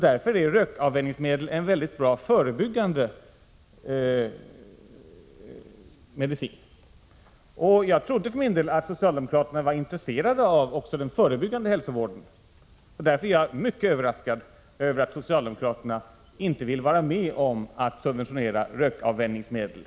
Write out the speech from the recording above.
Därför är rökavvänjningsmedel en mycket bra förebyggande medicin. Jag trodde för min del att socialdemokraterna var intresserade av också den förebyggande hälsovården, och därför är jag mycket överraskad över att de inte vill vara med om att subventionera rökavvänjningsmedel.